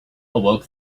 awoke